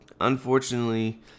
unfortunately